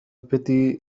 بتي